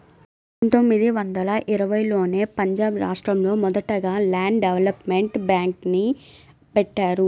పందొమ్మిది వందల ఇరవైలోనే పంజాబ్ రాష్టంలో మొదటగా ల్యాండ్ డెవలప్మెంట్ బ్యేంక్ని బెట్టారు